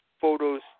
photos